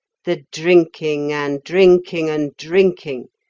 the drinking, and drinking, and drinking,